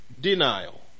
denial